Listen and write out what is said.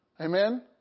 Amen